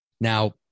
Now